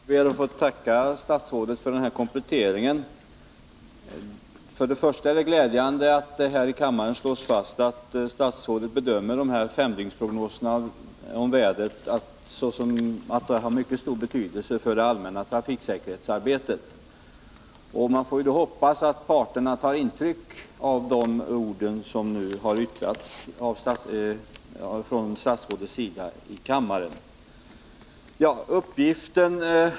Herr talman! Jag ber att få tacka statsrådet för den här kompletteringen. Det är glädjande att det här i kammaren slås fast att statsrådet gör bedömningen att femdygnsprognoserna om vädret har mycket stor betydelse för det allmänna trafiksäkerhetsarbetet. Jag hoppas att parterna tar intryck av de ord statsrådet nyss har yttrat i kammaren.